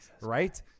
Right